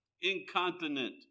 incontinent